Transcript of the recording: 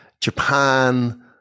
japan